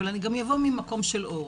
אבל אני אבוא גם ממקום של אור.